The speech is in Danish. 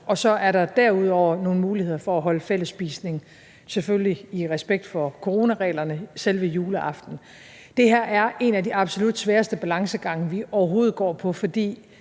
Derudover er der så muligheder for at holde fællesspisning, selvfølgelig i respekt for coronareglerne, selve juleaften. Det her er en af de absolut sværeste balancegange, vi overhovedet går,